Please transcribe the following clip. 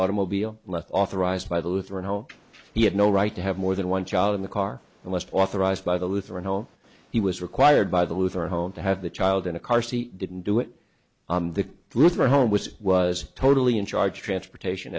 automobile left authorized by the lutheran home he had no right to have more than one child in the car unless authorized by the lutheran home he was required by the with her home to have the child in a car seat didn't do it on the roof her home was was totally in charge of transportation